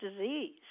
disease